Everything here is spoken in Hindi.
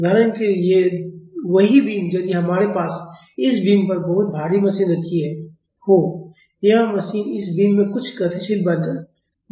उदाहरण के लिए वही बीम यदि हमारे पास इस बीम पर बहुत भारी मशीन रखी हो यह मशीन इस बीम में कुछ गतिशील बल पैदा कर रही है